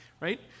Right